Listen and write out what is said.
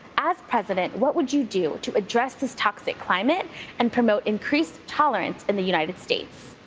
as president, what would you do to address this toxic climate and promote increased tolerance in the united states?